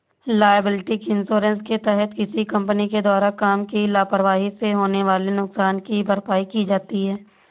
liability insurance के तहत किसी कंपनी के द्वारा काम की लापरवाही से होने वाले नुकसान की भरपाई की जाती है